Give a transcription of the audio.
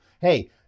Hey